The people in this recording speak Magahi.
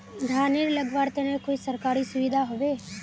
धानेर लगवार तने कोई सरकारी सुविधा होबे?